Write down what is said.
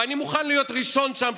ואני מוכן להיות ראשון שם,